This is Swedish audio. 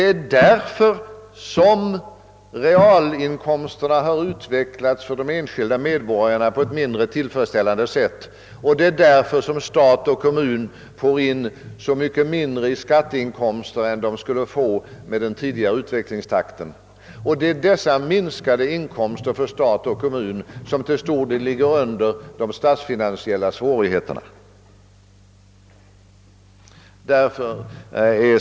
Därför har de enskilda medborgarnas och företagens realinkomster utvecklats mindre lyckligt, och därför får stat och kommun in mycket mindre skatteinkomster än de skulle få med den tidigare utvecklingstakten. De minskade inkomsterna för stat och kommun har till stor del förorsakat de statsfinansiella svårigheterna.